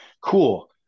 cool